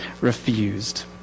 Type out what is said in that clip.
refused